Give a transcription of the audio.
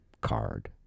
card